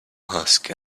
husk